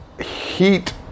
heat